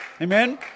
Amen